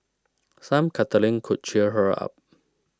some cuddling could cheer her up